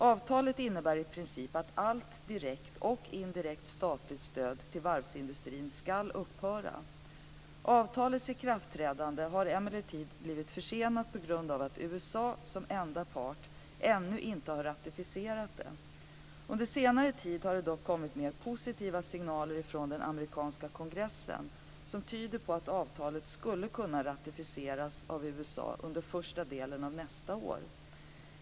Avtalet innebär i princip att allt direkt och indirekt statligt stöd till varvsindustrin skall upphöra. Avtalets ikraftträdande har emellertid blivit försenat på grund av att USA som enda part ännu inte har ratificerat det. Under senare tid har det dock kommit mer positiva signaler från den amerikanska kongressen som tyder på att avtalet skall kunna ratificeras av USA under första delen av nästa år.